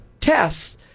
tests